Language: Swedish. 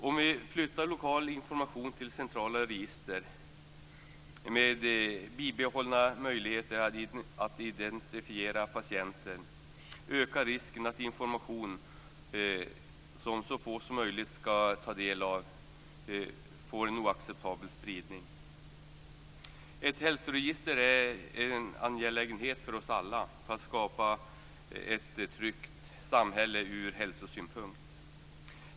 Om vi flyttar lokal information till centrala register med bibehållna möjligheter att identifiera patienter ökar risken att information som så få som möjligt skall ta del av får en oacceptabel spridning. Ett hälsoregister är en angelägenhet för oss alla för att skapa ett tryggt samhället ur hälsosynpunkt.